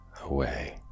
away